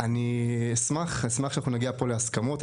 אני אשמח שאנחנו נגיע פה להסכמות.